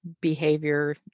behavior